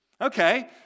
Okay